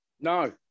No